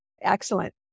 excellent